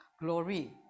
glory